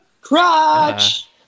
Crotch